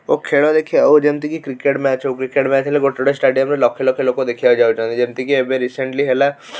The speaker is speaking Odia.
ଓ ଖେଳ ଦେଖି ଓ ଯେମତିକି କ୍ରିକେଟ୍ ମ୍ୟାଚ୍ ହଉ କ୍ରିକେଟ୍ ମ୍ୟାଚ୍ ହେଲେ ଗୋଟେ ଗୋଟେ ଷ୍ଟାଡ଼ିୟମରେ ଲକ୍ଷେ ଲକ୍ଷେ ଲୋକ ଦେଖିବାକୁ ଯାଉଛନ୍ତି ଯେମତିକି ଏବେ ରିସେଣ୍ଟଲି ହେଲା